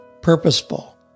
purposeful